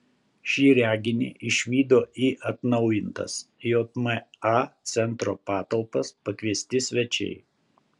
šį reginį išvydo į atnaujintas jma centro patalpas pakviesti svečiai